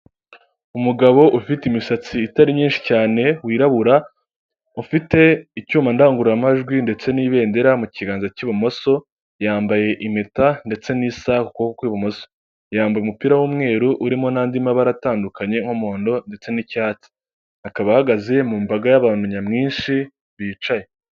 Umugabo ufite imisatsi itari myinshi cyane wirabura, ufite icyuma ndangurura majwi ndetse n'ibendera mu kiganza k'ibumoso yambaye impeta ndetse n'isaha ku kuboko kw'ibumoso, yambaba umupira w'umweru urimo n'andi mabara atandukanye nk'umuhondo ndetse n'icyatsi, akaba ahagaze mu mbaga y'abantu nyamwinshi bicaye.